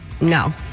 No